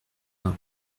uns